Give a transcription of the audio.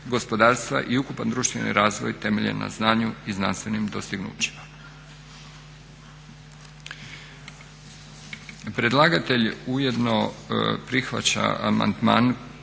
gospodarstva i ukupan društveni razvoj temeljen na znanju i znanstvenim dostignućima.